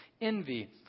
envy